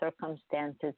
circumstances